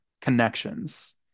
connections